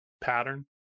pattern